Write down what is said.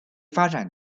发展